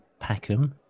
Packham